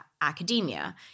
academia